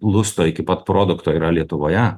lusto iki pat produkto yra lietuvoje